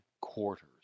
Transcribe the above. quarters